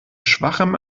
schwachem